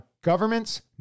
governments